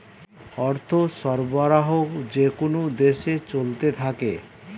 অর্থ সরবরাহ যেকোন দেশে চলতে থাকে